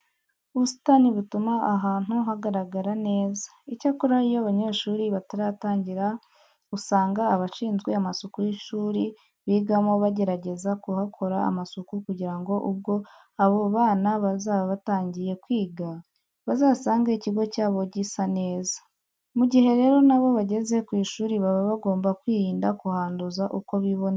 Ubusitani butuma ahantu hagaragara neza. Icyakora iyo abanyeshuri bataratangira usanga abashinzwe amasuku y'ishuri bigamo bagerageza kuhakora amasuku kugira ngo ubwo abo bana bazaba batangiye kwiga, bazasange ikigo cyabo gisa neza. Mu gihe rero na bo bageze ku ishuri baba bagomba kwirinda kuhanduza uko biboneye.